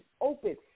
open